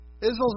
Israel's